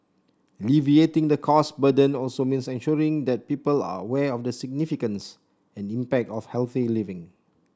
alleviating the cost burden also means ensuring that people are aware of the significance and impact of healthy living